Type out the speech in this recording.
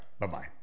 Bye-bye